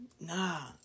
Nah